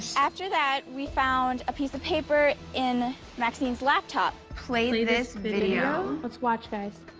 after that, we found a piece of paper in maxine's laptop. play this video. let's watch guys.